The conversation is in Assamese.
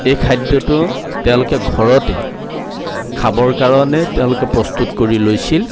এই খাদ্যটো তেওঁলোকে ঘৰতে খাবৰ কাৰণে তেওঁলোকে প্ৰস্তুত কৰি লৈছিল